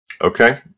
Okay